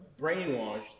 brainwashed